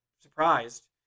surprised